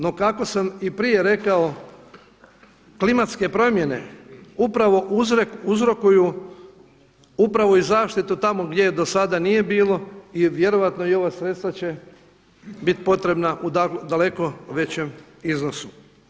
No, kako sam i prije rekao klimatske promjene upravo uzrokuju upravo i zaštitu tamo gdje je do sada nije bilo i vjerojatno i ova sredstva će biti potrebna u daleko većem iznosu.